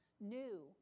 new